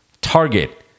Target